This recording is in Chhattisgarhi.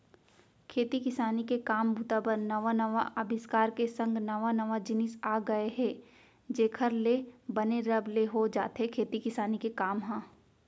खेती किसानी के काम बूता बर नवा नवा अबिस्कार के संग नवा नवा जिनिस आ गय हे जेखर ले बने रब ले हो जाथे खेती किसानी के काम ह